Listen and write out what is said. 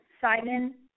Simon